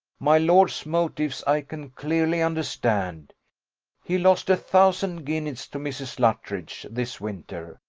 my lord's motives i can clearly understand he lost a thousand guineas to mrs. luttridge this winter,